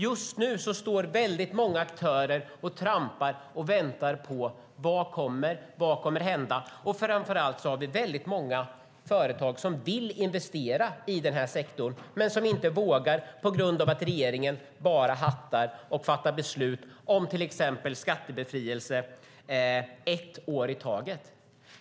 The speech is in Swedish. Just nu står väldigt många aktörer och trampar och väntar på vad som kommer och vad som kommer att hända. Framför allt har vi väldigt många företag som vill investera i denna sektor men inte vågar på grund av att regeringen bara hattar och fattar beslut om till exempel skattebefrielser ett år i taget.